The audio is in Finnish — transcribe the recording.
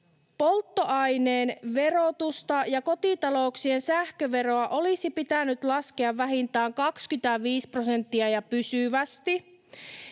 Polttoaineen verotusta ja kotitalouksien sähköveroa olisi pitänyt laskea vähintään 25 prosenttia ja pysyvästi